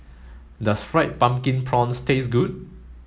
does fried pumpkin prawns taste good